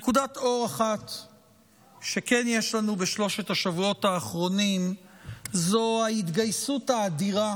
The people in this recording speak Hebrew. נקודת אור אחת שכן יש לנו בשלושת השבועות האחרונים זאת ההתגייסות האדירה